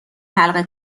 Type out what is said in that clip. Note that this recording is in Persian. حلقه